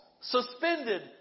suspended